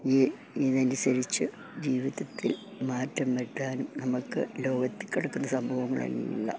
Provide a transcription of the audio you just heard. ഇതനുസരിച്ച് ജീവിതത്തിൽ മാറ്റം വരുത്താനും നമുക്ക് ലോകത്തില് നടക്കുന്ന സംഭവങ്ങളെല്ലാം